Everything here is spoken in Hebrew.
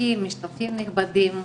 אורחים משתתפים נכבדים,